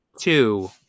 two